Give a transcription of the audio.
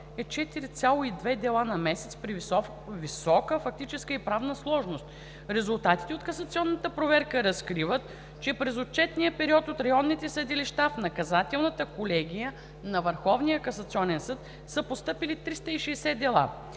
е 4,2 дела на месец при висока фактическа и правна сложност. Резултатите от касационната проверка разкриват, че през отчетния период от районните съдилища в Наказателната колегия на Върховния